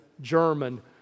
German